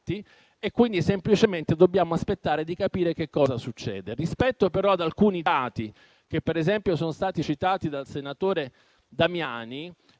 e quindi semplicemente dobbiamo aspettare di capire che cosa succede. Rispetto, però, ad alcuni dati che, per esempio, sono stati citati dal senatore Damiani,